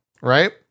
right